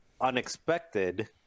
unexpected